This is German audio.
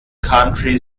country